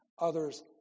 Others